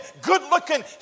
good-looking